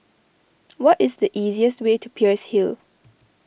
what is the easiest way to Peirce Hill